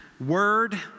Word